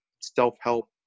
self-help